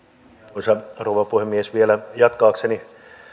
arvoisa rouva puhemies vielä jatkaakseni